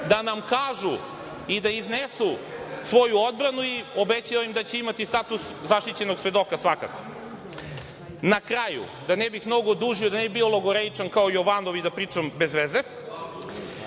da nam kažu i da iznesu svoju odbranu i obećavam da će imati status zaštićenog svedoka, svakako. Na kraju, da ne bih mnogo dužio, da ne bih bio logoreičan kao Jovanov i da pričam bezveze,